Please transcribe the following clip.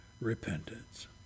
Repentance